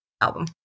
album